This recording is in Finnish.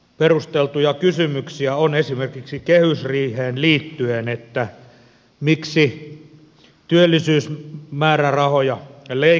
mutta perusteltu kysymys esimerkiksi kehysriiheen liittyen on miksi työllisyysmäärärahoja leikataan